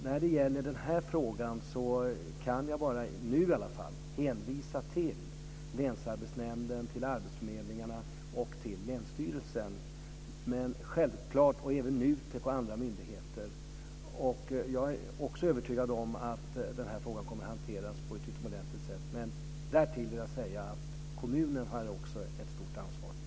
När det gäller den här frågan kan jag nu bara hänvisa till länsarbetsnämnden, till arbetsförmedlingarna, till länsstyrelsen och även till NUTEK och andra myndigheter. Jag är övertygad om att den här frågan kommer att hanteras på ett utomordentligt sätt. Men därtill vill jag säga att kommunen också har ett stort ansvar.